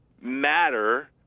matter